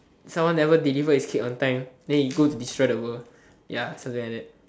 someone never deliver his cake on time then he go destroy the world ya something like that